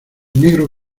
negro